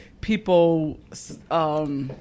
people